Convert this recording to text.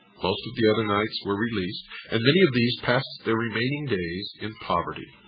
most of the other knights were released and many of these past their remaining days in poverty.